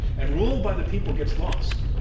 and rule by the people gets lost?